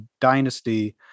dynasty